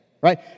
right